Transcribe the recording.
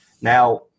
Now